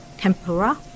tempura